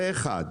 זה אחד.